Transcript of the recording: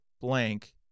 blank